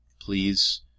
Please